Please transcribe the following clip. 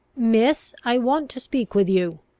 miss, i want to speak with you.